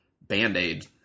Band-Aid